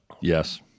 Yes